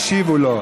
הרווחה,